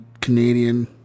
Canadian